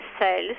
cells